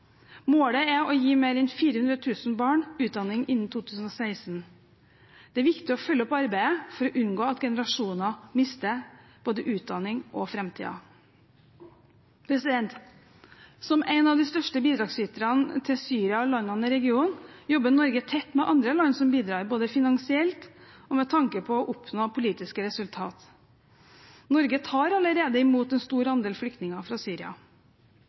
Målet er å gi mer enn 400 000 barn utdanning innen 2016. Det er viktig å følge opp arbeidet med å sikre skolegang for å unngå at generasjoner mister både utdanning og framtiden. Som en av de største bidragsyterne til Syria og landene i regionen jobber Norge tett med andre land som bidrar, både finansielt og med tanke på å oppnå politiske resultater. Norge tar allerede imot en stor andel flyktninger fra Syria.